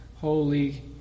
holy